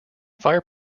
fire